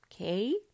okay